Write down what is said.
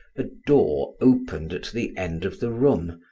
a door opened at the end of the room,